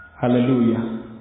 Hallelujah